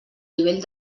nivell